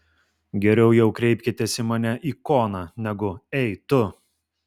geriau jau kreipkitės į mane ikona negu ei tu